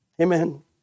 amen